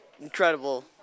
incredible